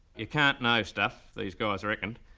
you can't know stuff these guys reckoned,